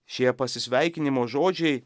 šie pasisveikinimo žodžiai